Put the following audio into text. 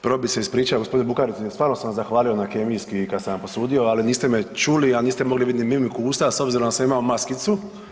Prvo bih se ispričao gospodinu Bukarici jer sam zahvalio na kemijski kada sam ju posudio, ali niste me čuli, a niste migli vidjeti ni mimiku usta s obzirom da sam imao maskicu.